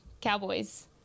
cowboys